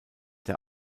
der